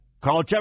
Carl